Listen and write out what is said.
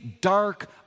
dark